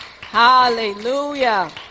Hallelujah